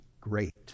great